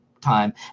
time